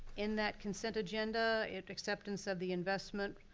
in that consent agenda, it acceptance of the investment,